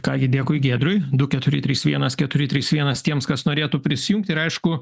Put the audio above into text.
ką gi dėkui giedriui du keturi trys vienas keturi trys vienas tiems kas norėtų prisijungti ir aišku